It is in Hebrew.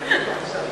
הנושא לוועדה